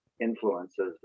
influences